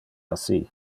assi